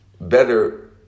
better